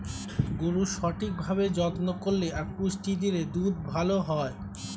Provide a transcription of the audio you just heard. গরুর সঠিক ভাবে যত্ন করলে আর পুষ্টি দিলে দুধ ভালো হয়